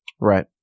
Right